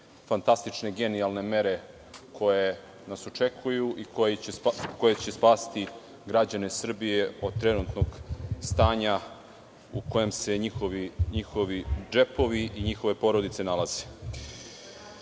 fantastične i genijalne mere koje nas očekuju i koje će spasiti građane Srbije od trenutnog stanja u kojem se njihovi džepovi i njihove porodice nalaze. Prvi